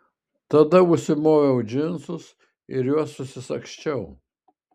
tada užsimoviau džinsus ir juos susisagsčiau